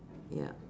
ya